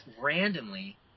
randomly